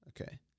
Okay